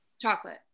chocolate